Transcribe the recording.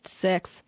six